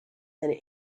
and